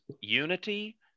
unity